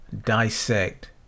dissect